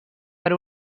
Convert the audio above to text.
per